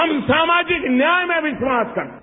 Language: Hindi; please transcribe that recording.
हम सामाजिक न्याय में विश्वास करते हैं